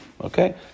Okay